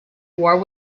war